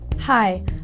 Hi